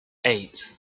eight